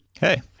Hey